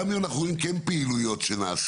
גם אם אנחנו רואים פעילויות שנעשו,